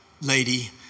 lady